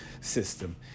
system